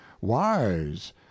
wise